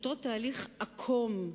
לגבי אותו תהליך עקום,